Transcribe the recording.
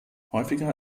häufiger